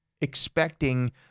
expecting